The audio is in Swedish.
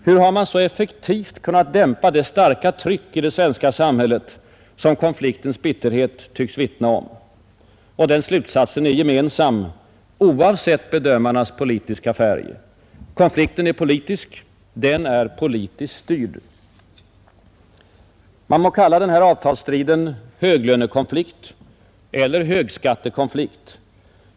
Hur har man så effektivt kunnat dämpa det starka tryck i det svenska samhället som konfliktens bitterhet tycks vittna om? Dessa frågor är gemensamma, oavsett bedömarnas politiska färg. Konflikten är politisk, den är politiskt styrd. Man må kalla denna avtalsstrid höglönekonflikt eller högskattekonflikt.